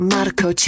Marco